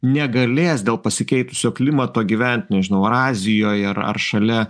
negalės dėl pasikeitusio klimato gyvent nežinau ar azijoj ar ar šalia